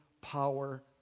power